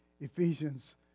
Ephesians